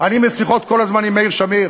אני כל הזמן בשיחות עם מאיר שמיר,